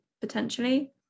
potentially